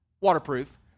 waterproof